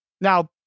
Now